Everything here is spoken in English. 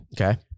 Okay